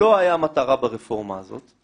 לא היתה מטרה ברפורמה הזאת,